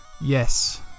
Yes